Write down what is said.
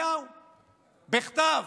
נתניהו, בכתב,